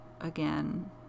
again